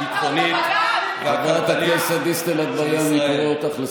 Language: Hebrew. הביטחונית והכלכלית של ישראל.